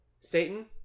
Satan